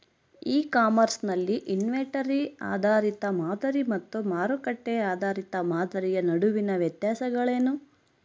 E commerce ನಲ್ಲಿ inventory ಆಧಾರಿತ ಮಾದರಿ ಮತ್ತು ಮಾರುಕಟ್ಟೆ ಆಧಾರಿತ ಮಾದರಿಯ ನಡುವಿನ ವ್ಯತ್ಯಾಸಗಳೇನು?